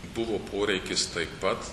buvo poreikis taip pat